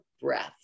breath